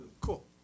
Cool